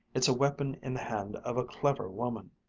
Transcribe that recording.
it's a weapon in the hand of a clever woman.